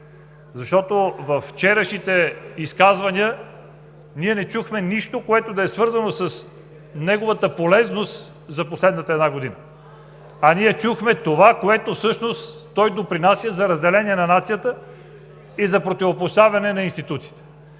Защото във вчерашните изказвания ние не чухме нищо, което да е свързано с неговата полезност за последната една година, а чухме това, с което всъщност той допринася за разделение на нацията и за противопоставяне на институциите.